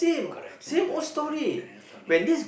correct correct correct end of story ah